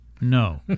No